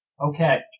Okay